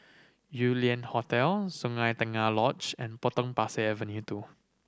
Yew Lian Hotel Sungei Tengah Lodge and Potong Pasir Avenue Two